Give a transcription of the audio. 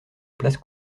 place